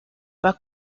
pas